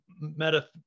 meta